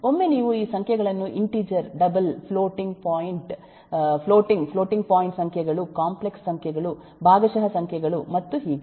ಒಮ್ಮೆ ನೀವು ಈ ಸಂಖ್ಯೆಗಳನ್ನು integer double floating floating point ಸಂಖ್ಯೆಗಳು ಕಾಂಪ್ಲೆಕ್ಸ್ ಸಂಖ್ಯೆಗಳು ಭಾಗಶಃ ಸಂಖ್ಯೆಗಳು ಮತ್ತು ಹೀಗೆ